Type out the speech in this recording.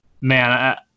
Man